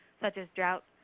such as drought,